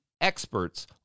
experts